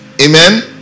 Amen